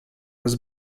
was